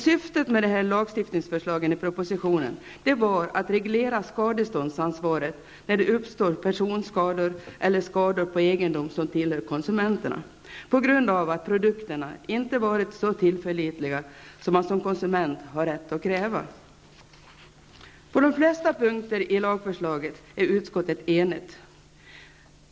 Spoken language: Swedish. Syftet med lagstiftningsförslaget i propositionen var att reglera skadeståndsansvaret när det uppstår personskador eller skador på egendom som tillhör konsumenterna på grund av att produkterna inte har varit så tillförlitliga som man som konsument har rätt att kräva. På de flesta punkter i lagförslaget är utskottet enigt.